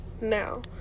Now